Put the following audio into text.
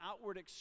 outward